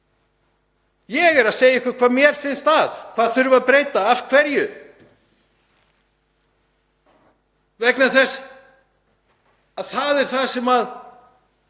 Ég er að segja ykkur hvað mér finnst að, hverju þurfi að breyta og af hverju, vegna þess að það er það sem